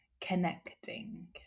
connecting